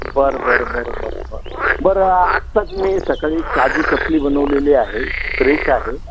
बरं बरं बरं बरं बरं बरं आत्ताच मी सकाळी काजूकतली बनवलेली आहे फ्रेश आहे